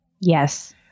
Yes